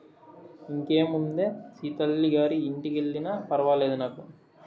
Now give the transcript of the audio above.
ఇంకేముందే సీతల్లి గారి ఇంటికెల్లినా ఫర్వాలేదు నాకు